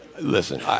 listen